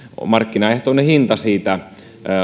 markkinaehtoinen hinta siitä